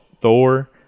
Thor